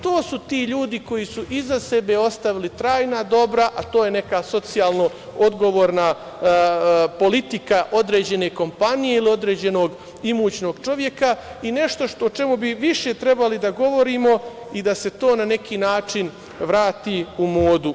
To su ti ljudi koji su iza sebe ostavili trajna dobra, a to je neka socijalno odgovorna politika određene kompanije ili određenog imućnog čoveka i nešto o čemu bi više trebali da govorimo i da se to na neki način vrati u modu.